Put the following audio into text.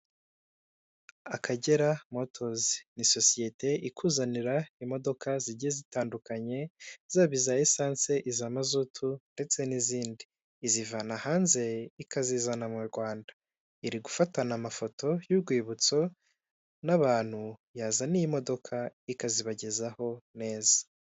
Akagera motors ni sosiyete ikuzanira imodoka zigiye zitandukanye zaba iza esansi iza mazutu ndetse n'izindi izivana hanze ikazizana mu Rwanda iri gufatana amafoto y'urwibutso n'abantu yazaniye umodoka ikazibagezaho neza.